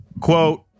Quote